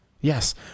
Yes